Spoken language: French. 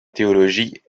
théologie